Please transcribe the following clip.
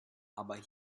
aber